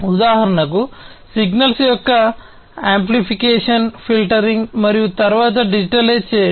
ఉదాహరణకు సిగ్నల్స్ యొక్క amplification filtering చేయండి